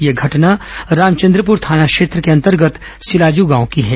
यह घटना रामचंद्रपुर थाना क्षेत्र के अंतर्गत सिलाज गांव की है